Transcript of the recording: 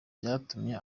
cyatumye